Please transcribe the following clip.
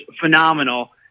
phenomenal